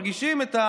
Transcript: מרגישים את,